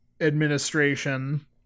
administration